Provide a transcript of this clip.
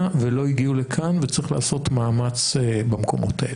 ולא הגיעו לכאן וצריך לעשות מאמץ במקומות האלה.